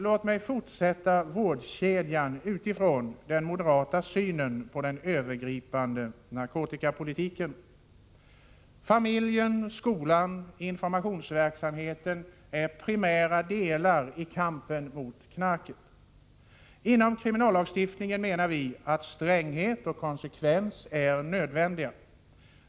Låt mig fortsätta med vårdkedjan utifrån den moderata synen på den övergripande narkotikapolitiken. Familjen, skolan och informationsverksamheten är primära delar i kampen mot knarket. Inom kriminallagstiftningen menar vi att stränghet och konsekvens är nödvändiga.